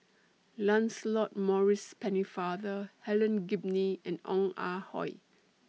Lancelot Maurice Pennefather Helen Gilbey and Ong Ah Hoi